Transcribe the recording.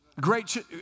Great